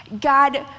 God